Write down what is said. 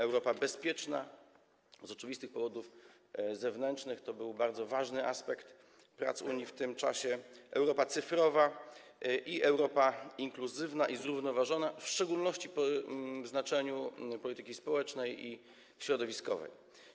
Europa bezpieczna - z oczywistych powodów zewnętrznych to był bardzo ważny aspekt prac Unii w tym czasie - Europa cyfrowa i Europa inkluzywna i zrównoważona, w szczególności w znaczeniu polityki społecznej i środowiskowej.